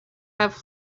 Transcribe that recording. have